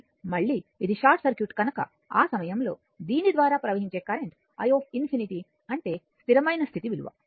కాబట్టి మళ్ళీ ఇది షార్ట్ సర్క్యూట్ కనుక ఆ సమయంలో దీని ద్వారా ప్రవహించే కరెంట్ i ∞ అంటే స్థిరమైన స్థితి విలువ